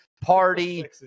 party